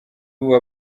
ubu